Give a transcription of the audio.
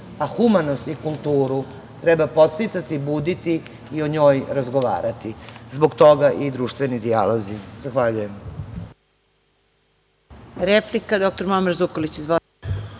a humanost i kulturu treba podsticati, buditi i o njoj razgovarati. Zbog toga i društveni dijalozi. Zahvaljujem.